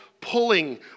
pulling